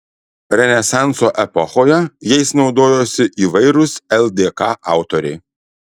renesanso epochoje jais naudojosi įvairūs ldk autoriai